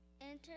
Enter